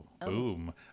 boom